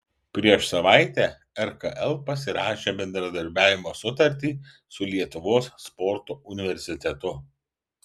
prieš savaitę rkl pasirašė bendradarbiavimo sutartį su lietuvos sporto universitetu